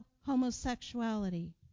homosexuality